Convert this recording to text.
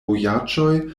vojaĝoj